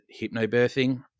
hypnobirthing